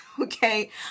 Okay